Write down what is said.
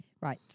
Right